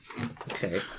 Okay